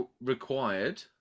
required